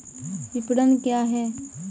विपणन क्या है?